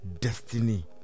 destiny